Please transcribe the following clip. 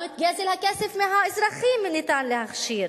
גם את גזל הכסף מהאזרחים ניתן להכשיר.